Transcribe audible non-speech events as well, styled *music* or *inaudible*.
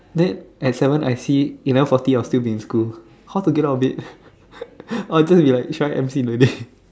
then at seven I see eleven forty I will still be in school how to get out of the bed *laughs* I just be like should I M_C the day *laughs*